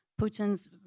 Putin's